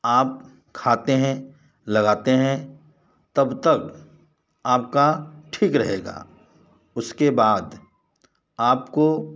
आप खाते हैं लगाते हैं तब तक आपका ठीक रहेगा उसके बाद आपको